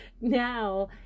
Now